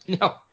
No